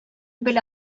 бел